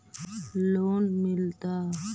Loan मिलता?